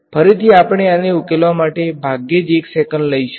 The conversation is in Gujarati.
ફરીથી આપણે આને ઉકેલવા માટે ભાગ્યે જ એક સેકન્ડ લઈશું